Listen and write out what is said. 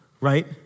Right